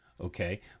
Okay